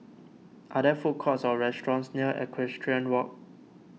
are there food courts or restaurants near Equestrian Walk